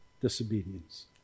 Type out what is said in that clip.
disobedience